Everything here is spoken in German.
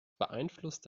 beeinflusst